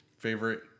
Favorite